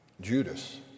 Judas